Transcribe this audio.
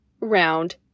round